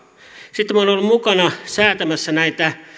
sitten minä olen ollut mukana säätämässä